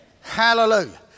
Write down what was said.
Hallelujah